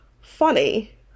funny